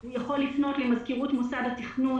הוא יכול לפנות למזכירות מוסד התכנון,